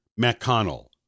McConnell